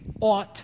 ought